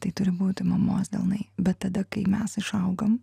tai turi būti mamos delnai bet tada kai mes išaugam